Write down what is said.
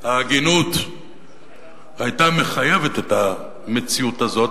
ההגינות היתה מחייבת את המציאות הזו,